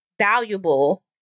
valuable